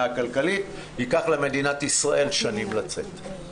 מהכלכלית ייקח למדינת ישראל שנים לצאת.